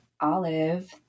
Olive